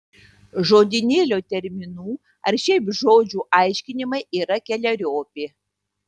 žodynėlio terminų ar šiaip žodžių aiškinimai yra keleriopi